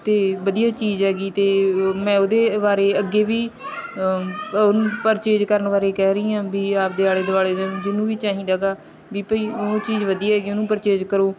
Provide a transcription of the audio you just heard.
ਅਤੇ ਵਧੀਆ ਚੀਜ਼ ਹੈਗੀ ਅਤੇ ਮੈਂ ਉਹਦੇ ਬਾਰੇ ਅੱਗੇ ਵੀ ਪਰਚੇਜ ਕਰਨ ਬਾਰੇ ਕਹਿ ਰਹੀ ਆ ਵੀ ਆਪਣੇ ਆਲੇ ਦੁਆਲੇ ਜਿਹਨੂੰ ਵੀ ਚਾਹੀਦਾ ਗਾ ਵੀ ਭਈ ਉਹ ਚੀਜ਼ ਵਧੀਆ ਹੈਗੀ ਉਹਨੂੰ ਪਰਚੇਜ ਕਰੋ